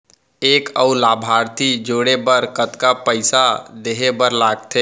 एक अऊ लाभार्थी जोड़े बर कतका पइसा देहे बर लागथे?